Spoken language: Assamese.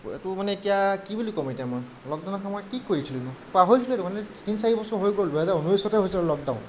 এইটো মানে এতিয়া কি বুলি ক'ম এতিয়া মই লকডাউনৰ সময়ত কি কৰিছিলোনো পাহৰিছিলোৱে দেখোন তিনি চাৰি বছৰ হৈ গ'ল দুহেজাৰ ঊনৈছতে হৈছিল লকডাউন